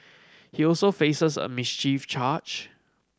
he also faces a mischief charge